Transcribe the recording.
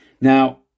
Now